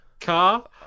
car